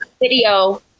video